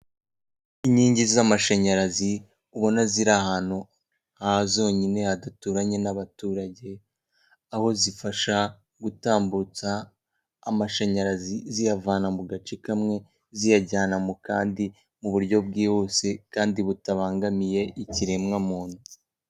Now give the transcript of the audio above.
Inkingi z'amashanyarazi, ubona ziri ahantu ha zonyine hadaturanye n'abaturage, aho zifasha gutambutsa amashanyarazi, ziyavana mu gace kamwe, ziyajyana mu kandi, mu buryo bwihuse, kandi butabangamiye ikiremwamuntu.